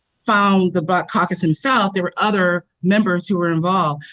found the black caucus himself. there were other members who were involved.